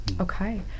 Okay